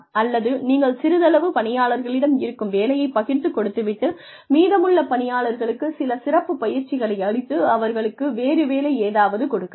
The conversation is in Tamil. அல்லது நீங்கள் சிறிதளவு பணியாளர்களிடம் இருக்கும் வேலையைப் பகிர்ந்து கொடுத்து விட்டு மீதமுள்ள பணியாளர்களுக்கு சில சிறப்புப் பயிற்சிகளை அளித்து அவர்களுக்கு வேறு வேலை ஏதாவது கொடுக்கலாம்